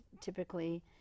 typically